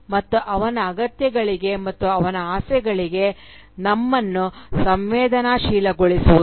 ಮತ್ತು ಅವನ ಅಗತ್ಯತೆಗಳಿಗೆ ಮತ್ತು ಅವನ ಆಸೆಗಳಿಗೆ ನಮ್ಮನ್ನು ಸಂವೇದನಾಶೀಲಗೊಳಿಸುವುದು